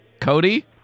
Cody